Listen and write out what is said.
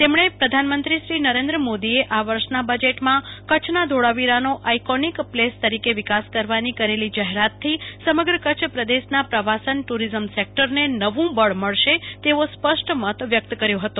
તેમણે પ્રધાનમંત્રી શ્રી નરેન્દ્ર મોદીએ આ વર્ષના બજેટમાં કચ્છના ધોળાવીરાનો આઇકોનીક પ્લેસ તરીકે વિકાસ કરવાની કરેલી જાહેરાતથી સમગ્ર કચ્છ પ્રદેશના પ્રવાસન ટુરિઝમ સેકટરને નવું બળ મળશે તેવો સ્પષ્ટ મત વ્યકત કર્યો હતો